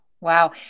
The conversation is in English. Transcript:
Wow